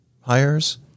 hires